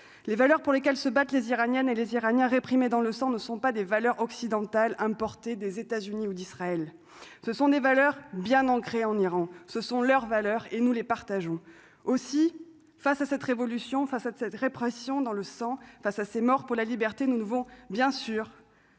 les valeurs pour lesquelles se battent les Iraniennes et les Iraniens réprimé dans le sang, ne sont pas des valeurs occidentales importée des États-Unis ou d'Israël, ce sont des valeurs bien ancrées en Iran, ce sont leurs valeurs et nous les partageons aussi face à cette révolution face à cette répression dans le sang, face à ces morts pour la liberté, nous devons bien sûr